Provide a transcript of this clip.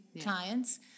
clients